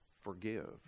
Forgive